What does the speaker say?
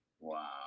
Wow